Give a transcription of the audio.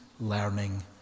learning